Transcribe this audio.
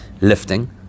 lifting